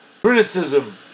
criticism